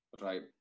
right